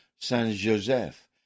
Saint-Joseph